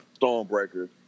stormbreaker